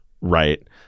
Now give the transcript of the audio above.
Right